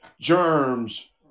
germs